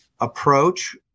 approach